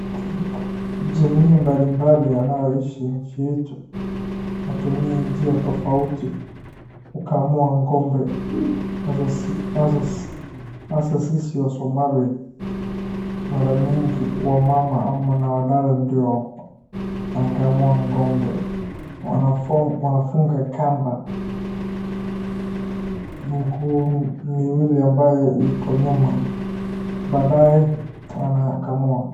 Jamii mbalimbali wanaoishi nchi yetu wanatumia njia tofauti kukamua ng'ombe, hasa sisi wasomali, mara mingi wamama ama wadada ndio wanakamua ng'ombe. Wanafunga kamba mguu miwili ambayo iko nyuma badaye wanakamua.